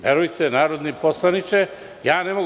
Verujte, narodni poslaniče, ja ne mogu.